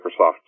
Microsoft